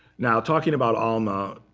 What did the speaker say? now talking about alma,